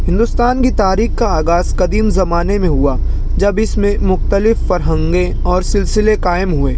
ہندوستان کی تاریخ کا آغاز قدیم زمانے میں ہوا جب اس میں مختلف فرہنگیں اور سلسلے قائم ہوئے